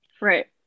right